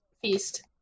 Feast